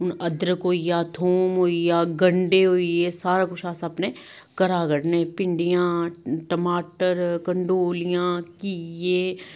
हून अदरक होई गेआ थोम होई गेआ गंढे होई गे सारा कुछ अस अपने घरा कड्डने आं भिंडियां टमाटर कंडोलियां घिये